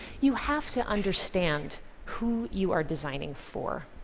you have to understand who you are designing for.